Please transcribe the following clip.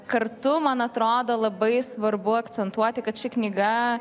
kartu man atrodo labai svarbu akcentuoti kad ši knyga